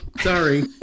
Sorry